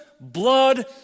blood